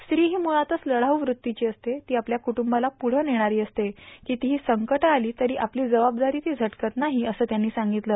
स्त्री ही मुठातच लढाऊ वृत्तीची असते ती आपल्या कुटूंबाला पुढं नेणारी असते कितीही संकटं आली तरीही आपली जबाबदारी ती झटकत नाही असं त्यांनी सांगितलं